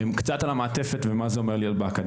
קצת על המעטפת, ומה זה אומר להיות באקדמיה.